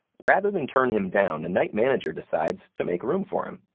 rather than turn him down, the night manager decides to make room for him.